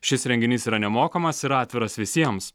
šis renginys yra nemokamas ir atviras visiems